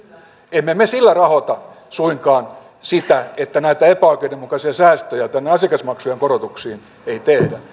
emme me sillä rahoita suinkaan sitä että näitä epäoikeudenmukaisia säästöjä tänne asiakasmaksujen korotuksiin ei tehdä